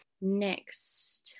next